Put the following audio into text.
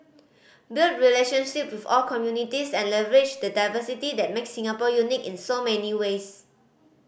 build relationship with all communities and leverage the diversity that makes Singapore unique in so many ways